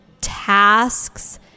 tasks